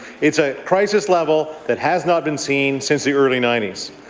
it's a crisis level that has not been seen since the early ninety s.